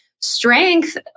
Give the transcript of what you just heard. strength